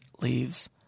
leaves